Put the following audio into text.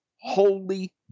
holy